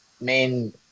main